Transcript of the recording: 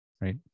right